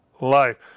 life